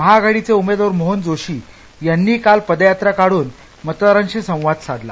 महाआघाडीचे उमेदवार मोहन जोशी यांनीही पदयात्रा काढून मतदारांशी संपर्क साधला